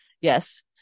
yes